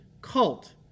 cult